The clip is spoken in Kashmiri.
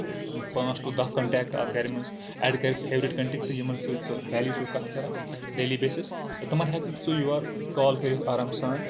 پانٛژھ ٹو دہ کَنٹیکٹ اَتھ گرِ منٛز ایڈ کٔرِتھ فیورِٹ کَنٹیکٹ یِمن سۭتۍ سُہ ڈیلی چھُکھ کَتھ کران ڈیلی بیسِز تہٕ تِمن ہٮ۪ککھ ژٕ یور کال کٔرِتھ آرام سان